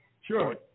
Sure